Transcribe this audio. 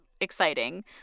exciting